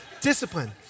Discipline